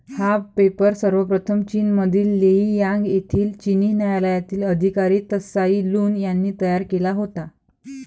हा पेपर सर्वप्रथम चीनमधील लेई यांग येथील चिनी न्यायालयातील अधिकारी त्साई लुन यांनी तयार केला होता